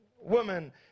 women